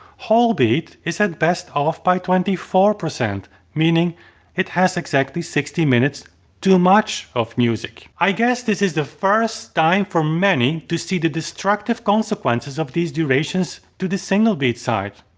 whole beat is at best off by twenty four, meaning it has exactly sixty minutes too much of music. i guess this is the first time for many to see the destructive consequences of these durations to the single beat side.